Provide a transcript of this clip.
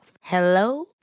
Hello